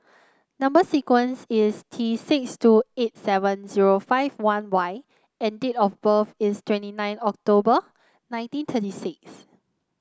number sequence is T six two eight seven zero five one Y and date of birth is twenty nine October nineteen twenty six